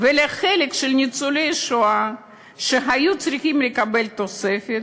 וחלק מניצולי השואה שהיו צריכים לקבל תוספת,